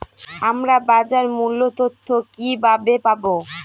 আমরা বাজার মূল্য তথ্য কিবাবে পাবো?